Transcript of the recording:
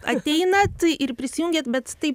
ateinat ir prisijungiat bet tai